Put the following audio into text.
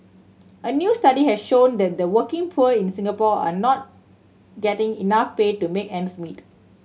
a new study has shown that the working poor in Singapore are not getting enough pay to make ends meet